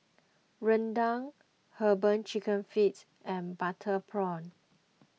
Rendang Herbal Chicken Feet and Butter Prawn